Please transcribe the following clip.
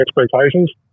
Expectations